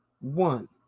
one